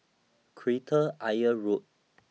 Kreta Ayer Road